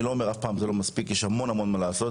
אני לא אומר אף פעם זה לא מספיק יש המון המון מה לעשות,